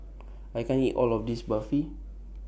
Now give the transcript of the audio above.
I can't eat All of This Barfi